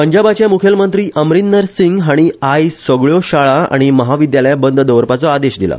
पंजाबाचे मुखेलमंत्री अमरिंदर सिंग हाणी आयज सगळ्यो शाळा आनी महाविद्यालया बंद दवरपाचो आदेश दिला